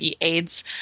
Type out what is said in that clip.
AIDS